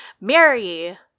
Mary